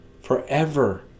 forever